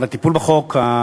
על הטיפול השוטף,